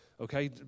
okay